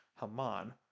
Haman